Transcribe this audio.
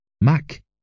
Mac